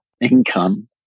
income